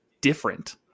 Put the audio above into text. Different